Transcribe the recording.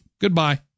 Goodbye